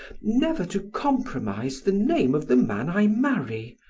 never to compromise the name of the man i marry,